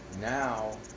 Now